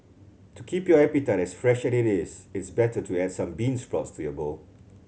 to keep your appetite as fresh as it is it's better to add some bean sprouts to your bowl